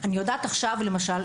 שאני יודעת עכשיו למשל,